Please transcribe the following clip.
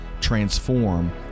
transform